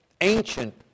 ancient